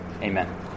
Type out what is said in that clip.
amen